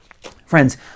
Friends